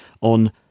on